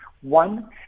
One